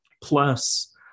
Plus